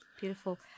beautiful